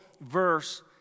verse